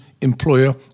employer